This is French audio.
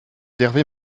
d’hervé